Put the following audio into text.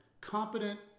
competent